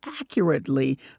accurately